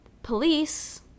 Police